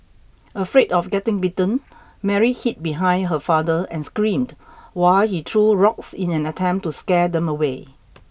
afraid of getting bitten Mary hid behind her father and screamed while he threw rocks in an attempt to scare them away